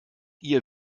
ihr